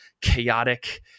chaotic